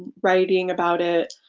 writing about it,